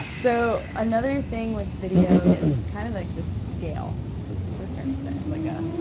so, another thing with video is it's kind of like this scale to a certain extent. it's like a,